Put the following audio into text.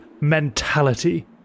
mentality